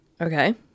Okay